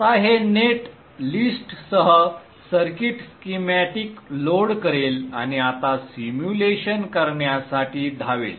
आता हे नेट लिस्टसह सर्किट स्कीमॅटिक लोड करेल आणि आता सिम्युलेशन करण्यासाठी धावेल